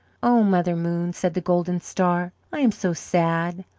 oh, mother moon, said the golden star. i am so sad!